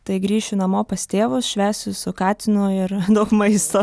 tai grįšiu namo pas tėvus švęsiu su katinu ir daug maisto